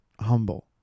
humble